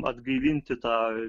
atgaivinti tą